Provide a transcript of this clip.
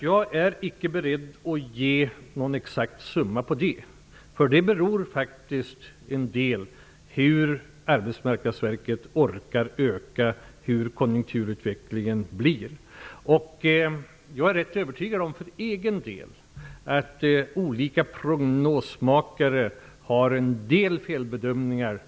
Jag är icke beredd att ange någon exkat summa när det gäller kontantstödet. Det beror faktiskt en del på hur Arbetsmarknadsverket orkar öka verksamheten, hur konjunkturutvecklingen blir. Jag är för egen del rätt övertygad om att olika prognosmakare gör en del felbedömningar.